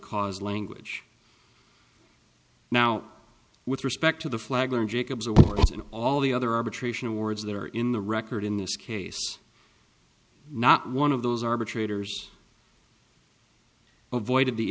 cause language now with respect to the flag and jacobs awards and all the other arbitration awards that are in the record in this case not one of those arbitrators avoided the